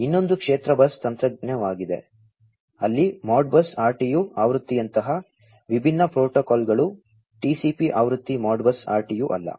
ಇನ್ನೊಂದು ಕ್ಷೇತ್ರ ಬಸ್ ತಂತ್ರಜ್ಞಾನವಾಗಿದೆ ಅಲ್ಲಿ Modbus RTU ಆವೃತ್ತಿಯಂತಹ ವಿಭಿನ್ನ ಪ್ರೋಟೋಕಾಲ್ಗಳು TCP ಆವೃತ್ತಿ Modbus RTU ಅಲ್ಲ